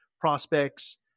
prospects